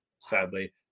sadly